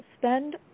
Spend